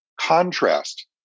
contrast